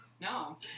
No